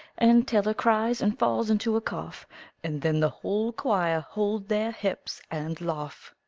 and tailor cries, and falls into a cough and then the whole quire hold their hips and laugh,